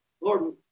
Lord